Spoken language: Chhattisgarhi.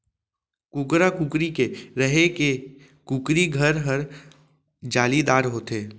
कुकरा, कुकरी के रहें के कुकरी घर हर जालीदार होथे